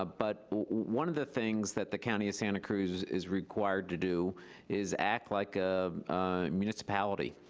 ah but one of the things that the county of santa cruz is required to do is act like a municipality.